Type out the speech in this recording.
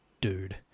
dude